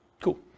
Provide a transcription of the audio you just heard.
Cool